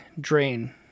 drain